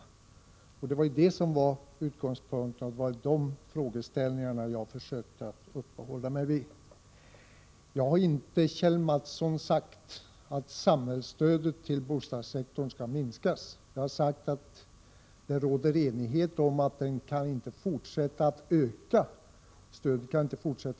Det var den frågeställningen som jag försökte uppehålla mig vid. Jag har inte, Kjell Mattsson, sagt att samhällsstödet till bostadssektorn skall minskas. Jag har sagt att det råder enighet om att stödet inte kan fortsätta att öka i nuvarande takt.